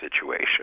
situation